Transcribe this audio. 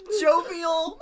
jovial